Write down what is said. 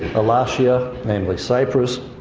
alashiya, mainly cyprus.